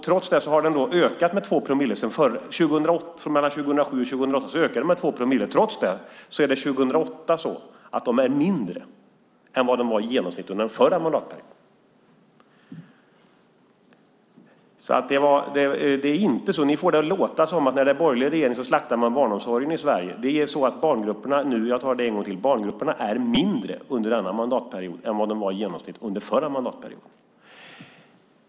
Barngruppernas storlek ökade med 2 promille mellan 2007 och 2008. Trots det var de mindre under 2008 än vad de var i genomsnitt under den förra mandatperioden. Ni får det att låta som att när det är borgerlig regering slaktar man barnomsorgen i Sverige. Barngrupperna är, jag tar det en gång till, mindre under denna mandatperiod än vad de var i genomsnitt under förra mandatperioden.